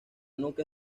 nuca